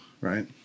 Right